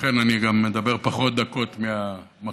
ולכן גם אני אדבר פחות דקות מהמחצית,